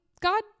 God